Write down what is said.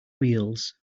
wheels